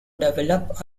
develop